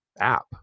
app